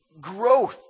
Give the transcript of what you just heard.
growth